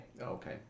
Okay